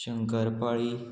शंकरपाळी